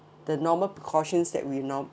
the normal precautions that we nor~